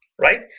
Right